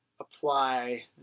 apply